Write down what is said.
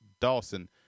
Dawson